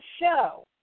show